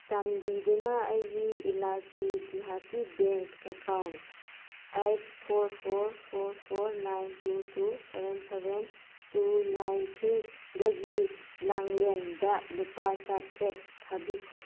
ꯆꯥꯟꯕꯤꯗꯨꯅ ꯑꯩꯒꯤ ꯏꯂꯥꯀꯤ ꯗꯤꯍꯥꯇꯤ bank account eight four four four four nine two two seven seven two nine three ꯗꯒꯤ ꯂꯥꯡꯂꯦꯟꯗ ꯂꯨꯄꯥ ꯆꯥꯇ꯭ꯔꯦꯠ ꯊꯥꯕꯤꯈꯣ